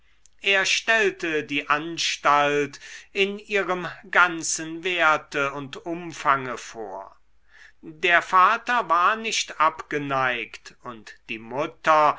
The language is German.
er stellte die anstalt in ihrem ganzen werte und umfange vor der vater war nicht abgeneigt und die mutter